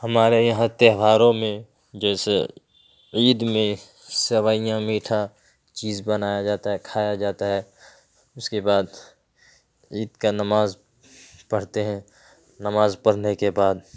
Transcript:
ہمارے یہاں تہواروں میں جیسے عید میں سویاں میٹھا چیز بنایا جاتا ہے کھایا جاتا ہے اس کے بعد عید کا ںماز پڑھتے ہیں نماز پرھنے کے بعد